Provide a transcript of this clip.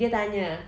dia tanya